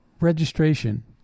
registration